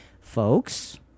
Folks